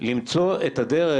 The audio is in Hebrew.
למצוא את הדרך,